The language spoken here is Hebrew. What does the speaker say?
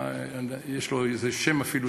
יש לזה שם אפילו,